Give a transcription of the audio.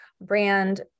brand